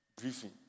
briefing